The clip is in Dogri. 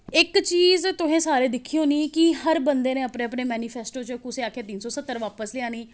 इक चीज तुसें सारें दिक्खी होनी कि हर बंदे ने अपने अपने मेनिफेस्टो च कुसै आखेआ तिन्न सौ सत्तर बापस लेआनी